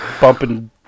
bumping